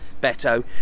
Beto